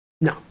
No